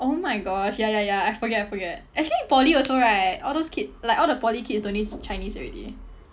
oh my gosh ya ya ya I forget I forget actually in poly also right all those kid like all the poly kids don't need chinese already